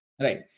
right